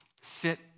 sit